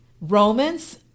Romans